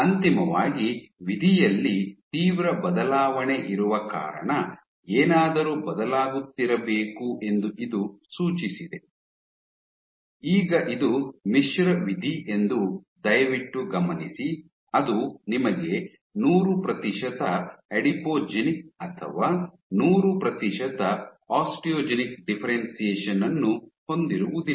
ಅಂತಿಮವಾಗಿ ವಿಧಿಯಲ್ಲಿ ತೀವ್ರ ಬದಲಾವಣೆಯಿರುವ ಕಾರಣ ಏನಾದರೂ ಬದಲಾಗುತ್ತಿರಬೇಕು ಎಂದು ಇದು ಸೂಚಿಸಿದೆ ಈಗ ಇದು ಮಿಶ್ರ ವಿಧಿ ಎಂದು ದಯವಿಟ್ಟು ಗಮನಿಸಿ ಅದು ನಿಮಗೆ ನೂರು ಪ್ರತಿಶತ ಅಡಿಪೋಜೆನಿಕ್ ಅಥವಾ ನೂರು ಪ್ರತಿಶತ ಆಸ್ಟಿಯೋಜೆನಿಕ್ ಡಿಫ್ಫೆರೆನ್ಶಿಯೇಷನ್ ಅನ್ನು ಹೊಂದಿರುವುದಿಲ್ಲ